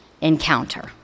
encounter